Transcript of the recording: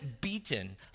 beaten